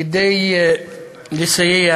כדי לסייע